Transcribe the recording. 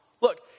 Look